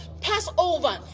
Passover